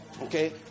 Okay